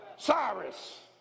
Cyrus